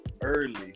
early